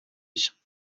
ich